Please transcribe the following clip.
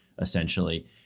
essentially